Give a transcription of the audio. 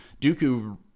dooku